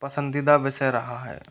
पसंदीदा विषय रहा है